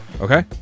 okay